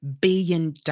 billion